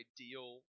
ideal